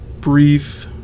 brief